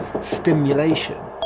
stimulation